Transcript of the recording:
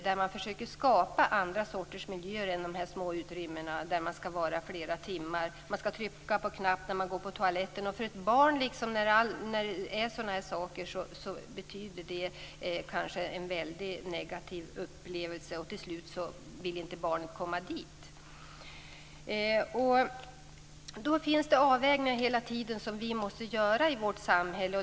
Försöken gäller att skapa andra sorters miljöer än de små utrymmen där man skall vistas i flera timmar och där man skall trycka på en knapp när man skall gå på toaletten. För ett barn är sådant kanske en väldigt negativ upplevelse. Till slut vill inte barnet komma till anstalten. Hela tiden måste vi göra avvägningar i vårt samhälle.